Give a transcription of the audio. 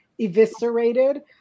eviscerated